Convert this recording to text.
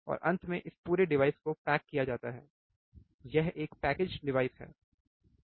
और अंत में इस पूरे डिवाइस को पैक किया जाता है यह एक पैकेज्ड डिवाइस है